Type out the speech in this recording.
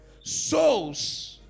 souls